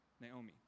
Naomi